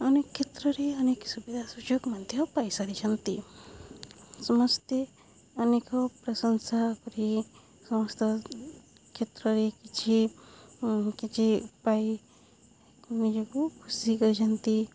ଅନେକ କ୍ଷେତ୍ରରେ ଅନେକ ସୁବିଧା ସୁଯୋଗ ମଧ୍ୟ ପାଇସାରିଛନ୍ତି ସମସ୍ତେ ଅନେକ ପ୍ରଶଂସା କରି ସମସ୍ତ କ୍ଷେତ୍ରରେ କିଛି କିଛି ଉପାୟ ନିଜକୁ ଖୁସି କରିଛନ୍ତି